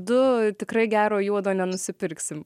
du tikrai gero juodo nenusipirksim